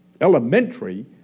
elementary